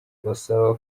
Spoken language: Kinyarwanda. basaba